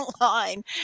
online